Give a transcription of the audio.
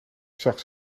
zag